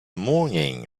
morning